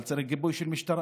אבל צריך גיבוי של משטרה,